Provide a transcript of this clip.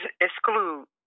exclude